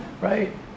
right